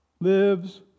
lives